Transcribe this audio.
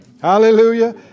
Hallelujah